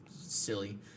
silly